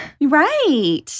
Right